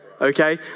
okay